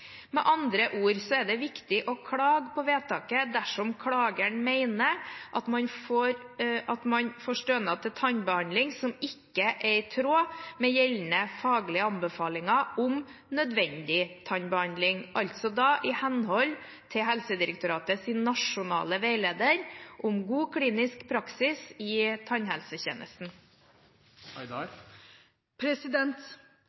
Med andre ord er det viktig å klage på vedtaket dersom klageren mener at man får stønad til tannbehandling som ikke er i tråd med gjeldende faglige anbefalinger om nødvendig tannbehandling, altså i henhold til Helsedirektoratets nasjonale veileder om god klinisk praksis i tannhelsetjenesten.